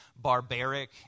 barbaric